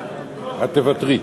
את תוותרי.